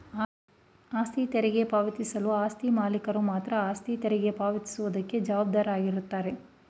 ಆಸ್ತಿ ತೆರಿಗೆ ಪಾವತಿಸಲು ಆಸ್ತಿಯ ಮಾಲೀಕರು ಮಾತ್ರ ಆಸ್ತಿಯ ತೆರಿಗೆ ಪಾವತಿ ಸುವುದಕ್ಕೆ ಜವಾಬ್ದಾರಾಗಿರುತ್ತಾರೆ